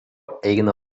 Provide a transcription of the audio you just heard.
eina